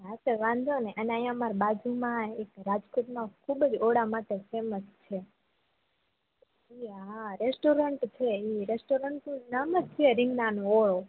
હા તે વાંધો નઈ અને અહી આ અમાર બાજુ માં એક રાજકોટ માં ખુબજ ઓઢા માટે ફેમશ છે આ રેસ્ટોરન્ટ છે ઈ રેસ્ટોરન્ટ નું નામ જ છે રીગણાનોઓઢો